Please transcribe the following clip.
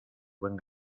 buen